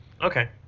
Okay